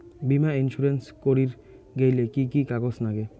বীমা ইন্সুরেন্স করির গেইলে কি কি কাগজ নাগে?